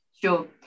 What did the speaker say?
Sure